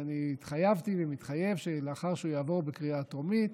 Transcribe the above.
ואני התחייבתי ומתחייב שלאחר שהוא יעבור בקריאה הטרומית